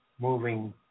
moving